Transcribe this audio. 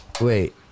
wait